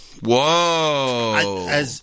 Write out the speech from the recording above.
Whoa